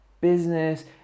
business